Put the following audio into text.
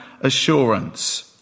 assurance